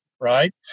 right